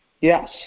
Yes